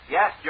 Yes